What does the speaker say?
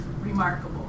remarkable